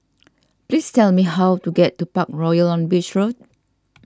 please tell me how to get to Parkroyal on Beach Road